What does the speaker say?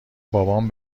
بابام